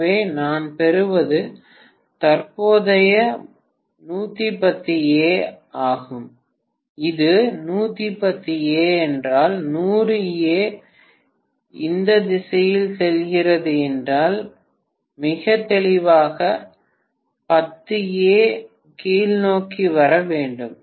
எனவே நான் பெறுவது தற்போதைய 110 ஏ ஆகும் இது 110 ஏ என்றால் 100 ஏ இந்த திசையில் செல்கிறது என்றால் மிக தெளிவாக 10 ஏ கீழ்நோக்கி வர வேண்டும்